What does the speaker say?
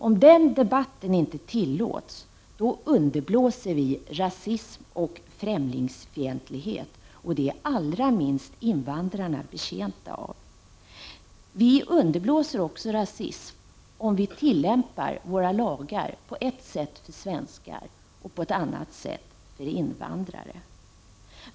Om den debatten inte tillåts, underblåser vi rasism och främlingsfientlighet, och det är allra minst invandrarna betjänta av. Vi underblåser också rasim om vi tillämpar våra lagar på ett sätt för svenskar och på ett annat sätt för invandrare.